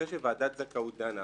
אחרי שוועדת זכאות דנה.